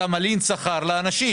אתה מלין שכר לאנשים.